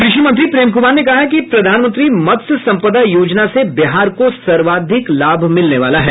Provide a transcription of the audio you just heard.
कृषि मंत्री प्रेम कुमार ने कहा है कि प्रधानमंत्री मत्स्य संपदा योजना से बिहार को सर्वाधिक लाभ मिलने वाला है